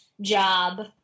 job